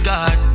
God